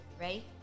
Ready